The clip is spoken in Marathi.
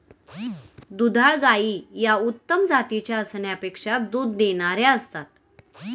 दुधाळ गायी या उत्तम जातीच्या असण्यापेक्षा दूध देणाऱ्या असतात